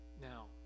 Now